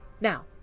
Now